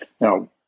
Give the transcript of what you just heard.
Now